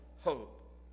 hope